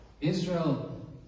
israel